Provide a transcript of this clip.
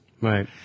right